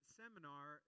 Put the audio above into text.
seminar